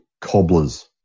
cobblers